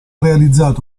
realizzato